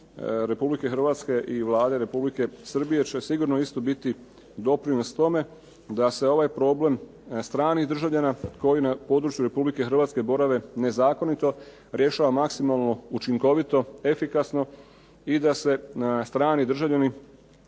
RH i Vlade Republike Srbije će sigurno isto biti doprinos tome da se ovaj problem stranih državljana koji na području RH borave nezakonito rješava maksimalno učinkovito, efikasno i da se strani državljani